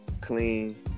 clean